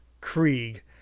krieg